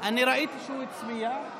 אני ראיתי שהוא הצביע,